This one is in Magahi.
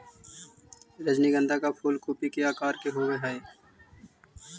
रजनीगंधा का फूल कूपी के आकार के होवे हई